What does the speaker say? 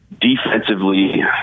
defensively